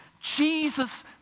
Jesus